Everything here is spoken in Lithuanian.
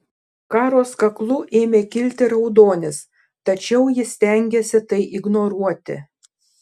karos kaklu ėmė kilti raudonis tačiau ji stengėsi tai ignoruoti